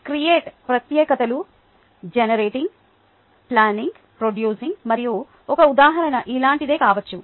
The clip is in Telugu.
క్రియేట్ ప్రత్యేకతలు జనరేటింగ్ ప్లానింగ్ ప్రొడ్యూసింగ్ మరియు ఒక ఉదాహరణ ఇలాంటిదే కావచ్చు